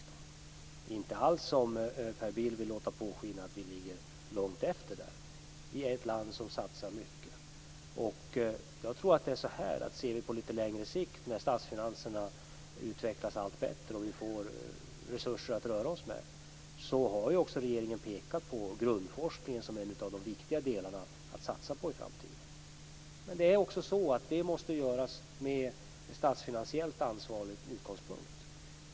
Det är inte alls som Per Bill vill låta påskina att vi ligger långt efter där. Sverige är ett land som satsar mycket. Ser vi det på litet längre sikt - om statsfinanserna utvecklas allt bättre och vi får resurser att röra oss med - kan vi konstatera att regeringen har pekat på grundforskningen som en av de viktiga delarna att satsa på i framtiden. Men det måste göras från en statsfinansiellt ansvarsfull utgångspunkt.